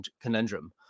conundrum